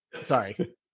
Sorry